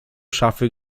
szafy